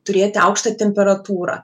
turėti aukštą temperatūrą